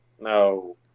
No